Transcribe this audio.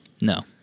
No